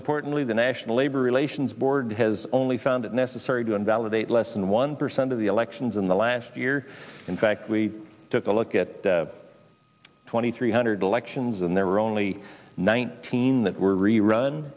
importantly the national labor relations board has only found it necessary to invalidate less than one percent of the elections in the last year in fact we took a look at twenty three hundred elections and there were only nineteen that were rerun